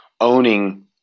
owning